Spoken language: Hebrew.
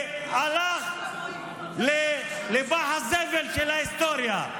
והלך לפח הזבל של ההיסטוריה.